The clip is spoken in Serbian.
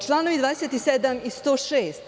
Članovi 27. i 106.